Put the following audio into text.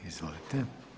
Izvolite.